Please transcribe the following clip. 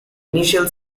initial